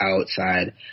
outside